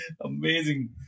Amazing